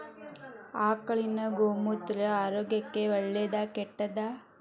ಆಕಳಿನ ಗೋಮೂತ್ರ ಆರೋಗ್ಯಕ್ಕ ಒಳ್ಳೆದಾ ಕೆಟ್ಟದಾ?